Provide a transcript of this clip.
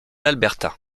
alberta